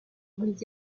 relief